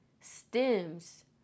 stems